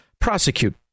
prosecute